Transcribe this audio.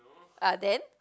ah then